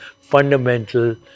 fundamental